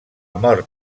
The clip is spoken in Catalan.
mort